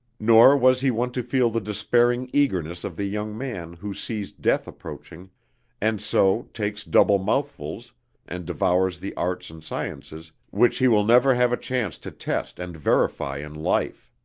nor was he one to feel the despairing eagerness of the young man who sees death approaching and so takes double mouthfuls and devours the arts and sciences which he will never have a chance to test and verify in life.